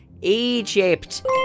Egypt